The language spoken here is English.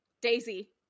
Daisy